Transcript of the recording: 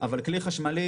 אבל כלי חשמלי,